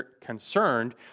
concerned